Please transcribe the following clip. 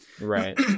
Right